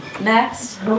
Next